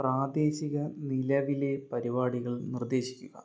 പ്രാദേശിക നിലവിലെ പരിപാടികൾ നിർദ്ദേശിക്കുക